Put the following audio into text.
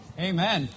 Amen